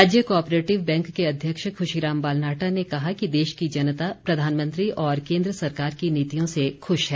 राज्य cooperative bank के अध्यक्ष ख्रशीराम बालनाहटा ने कहा कि देश की जनता प्रधानमंत्री और केन्द्र सरकार की नीतियों से खूश है